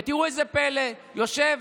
ותראו איזה פלא: יושב